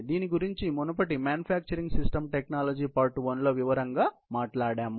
దీని గురించి మునుపటి మ్యానుఫ్యాక్చరింగ్ సిస్టమ్స్ టెక్నాలజీ పార్ట్ 1 లో వివరంగా మాట్లాడాము